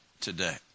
today